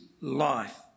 life